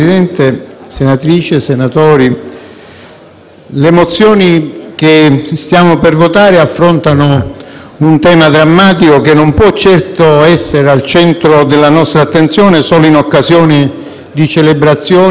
le mozioni che stiamo per votare affrontano un tema drammatico, che non può certo essere al centro della nostra attenzione solo in occasione di celebrazioni e ricorrenze. Io ho sempre sostenuto che